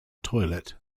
toilet